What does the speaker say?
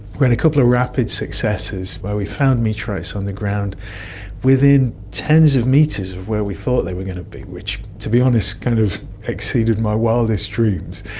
we had a couple of rapid successes where we found meteorites on the ground within tens of metres of where we thought they were going to be, which to be honest kind of exceeded my wildest dreams.